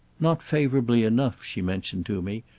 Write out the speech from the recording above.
not favourably enough, she mentioned to me,